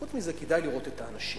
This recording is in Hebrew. חוץ מזה, כדאי לראות את האנשים.